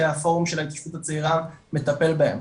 הפורום של ההתיישבות הצעירה מטפל בהם.